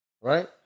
right